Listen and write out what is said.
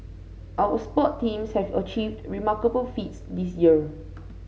our sports teams have achieved remarkable feats this year